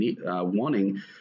wanting